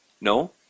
No